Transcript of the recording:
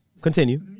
Continue